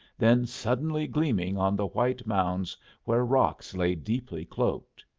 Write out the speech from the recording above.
then suddenly gleaming on the white mounds where rocks lay deeply cloaked.